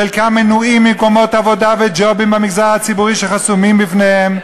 חלקם מנועים ממקומות עבודה ומג'ובים במגזר הציבורי שחסומים בפניהם,